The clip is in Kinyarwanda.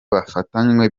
bafatanywe